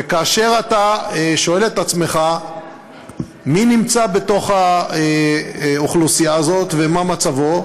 וכאשר אתה שואל את עצמך מי נמצא באוכלוסייה הזאת ומה מצבו,